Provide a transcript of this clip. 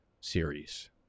series